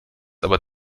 aber